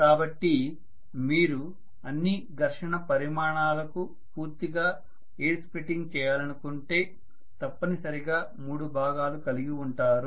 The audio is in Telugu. కాబట్టి మీరు అన్ని ఘర్షణ పరిమాణాలకు పూర్తిగా ఎయిర్ స్ప్లిట్టింగ్ చేయాలనుకుంటే తప్పనిసరిగా మూడు భాగాలు కలిగి ఉంటారు